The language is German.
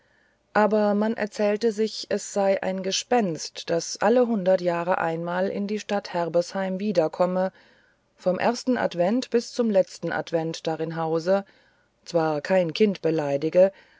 aber man erzählte sich es sei ein gespenst das alle hundert jahre einmal in die stadt herbesheim wiederkomme vom ersten advent bis zum letzten advent darin hause zwar kein kind beleidige